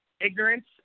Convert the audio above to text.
ignorance